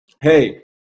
Hey